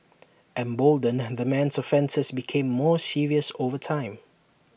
emboldened the man's offences became more serious over time